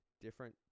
different